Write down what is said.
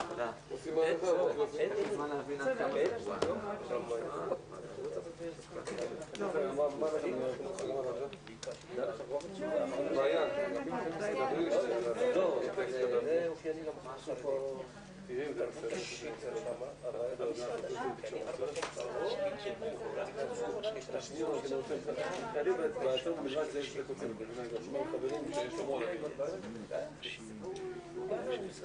הישיבה ננעלה בשעה 13:44.